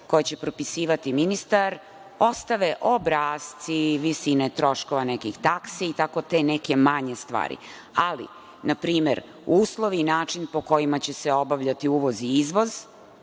koje će propisivati ministar ostave obrasci visine troškova nekih taksi i tako te neke manje stvari. Ali, na primer, uslovi i način po kojima će se obavljati uvoz i izvoz,